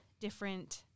different